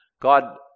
God